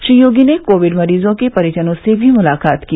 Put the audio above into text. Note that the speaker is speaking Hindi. श्री योगी ने कोविड मरीजों के परिजनों से भी मुलाकात की